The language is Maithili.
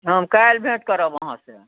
हम काल्हि भेँट करब अहाँसॅं